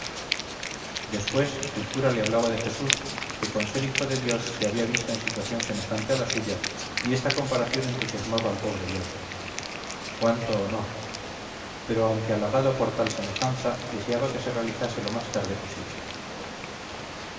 después el cura le hablaba de jesús que con ser hijo de dios se había visto en situación semejante a la suya y esta comparación entusiasmaba al pobre diablo cuánto honor pero aunque halagado por tal semejanza deseaba que se realizase lo más tarde posible